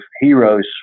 heroes